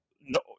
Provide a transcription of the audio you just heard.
no